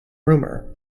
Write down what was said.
rumor